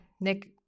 Nick